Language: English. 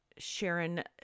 Sharon